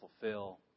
fulfill